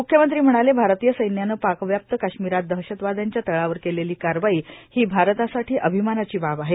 मुख्यमंत्री म्हणाले भारतीय सैन्यानं पाकव्याप्त काश्मिरात दहशतवाद्यांच्या तळावर केलेली कारवाई हो भारतासाठो र्शाभमानाची बाब आहे